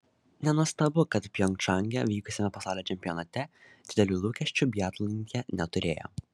nenuostabu kad pjongčange vykusiame pasaulio čempionate didelių lūkesčių biatlonininkė neturėjo